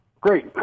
Great